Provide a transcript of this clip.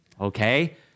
Okay